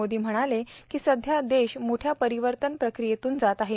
मोदी म्हणाले की सध्या देश मोठया परिर्वतन प्रक्रियेतून जात आहे